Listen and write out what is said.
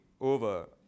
over